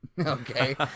Okay